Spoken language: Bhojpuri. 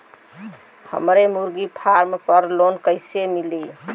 हमरे मुर्गी फार्म पर लोन कइसे मिली?